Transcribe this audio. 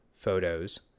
photos